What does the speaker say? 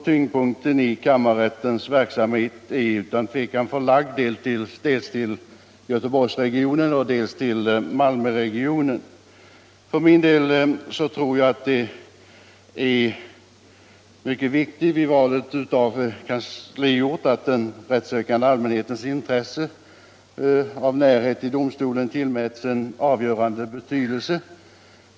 Tyngdpunkten i kammarrättens verksamhet är utan tvivel förlagd dels För min del tror jag att det är mycket viktigt vid valet av kansliort att den rättssökande allmänhetens intresse av närhet till domstolen tillmäts avgörande betydelse.